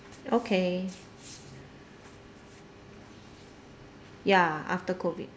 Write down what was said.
okay ya after COVID